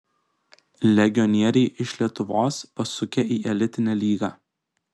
legionieriai iš lietuvos pasukę į elitinę lygą